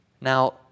Now